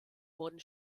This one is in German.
wurden